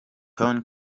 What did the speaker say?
tony